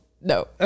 No